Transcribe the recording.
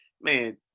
man